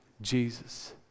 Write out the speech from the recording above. Jesus